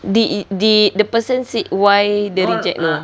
did did the person said why they reject no